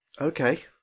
Okay